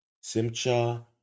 Simcha